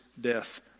death